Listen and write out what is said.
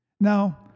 Now